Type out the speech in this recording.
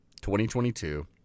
2022